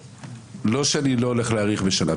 לא שאני לא הולך להאריך בשעה.